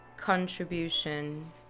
contribution